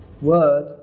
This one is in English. word